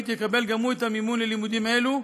יקבל גם הוא את המימון ללימודים אלו,